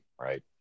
right